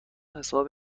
حساب